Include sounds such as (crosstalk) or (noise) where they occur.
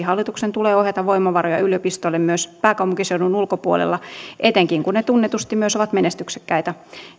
(unintelligible) hallituksen tulee ohjata voimavaroja yliopistoille myös pääkaupunkiseudun ulkopuolella etenkin kun ne tunnetusti myös ovat menestyksekkäitä